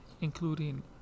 including